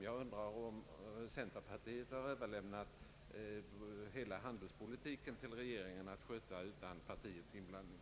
Jag undrar om centerpartiet har överlämnat hela handelspolitiken till regeringen att sköta utan partiets inblandning.